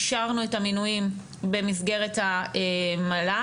אישרנו את המינויים במסגרת המל"ג